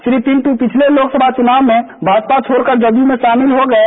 श्री पिंटू पिछले लोक सभा चुनाव में भाजपा छोडकर जदयू में शामिल हो गये